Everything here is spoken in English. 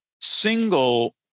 single